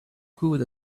good